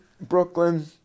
Brooklyn